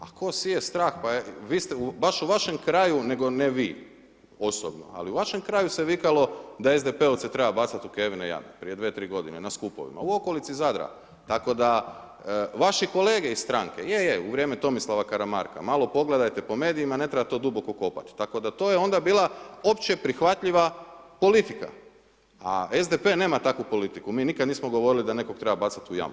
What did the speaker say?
A tko sije strah, vi ste, baš u vašem kraju, nego ne vi osobno, ali u vašem kraju se vikalo da SDP-ovce treba bacati u kevine jame prije 2-3 godine na Skupovima, u okolici Zadra, tako da vaši kolege iz stranke je, je, u vrijeme Tomislava Karamarka, malo pogledajte po medijima, ne treba to duboko kopati, tako da, to je onda bila općeprihvatljiva politika, a SDP nema takvu politiku, mi nikada nismo govorili da nekoga treba bacati u jamu.